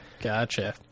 gotcha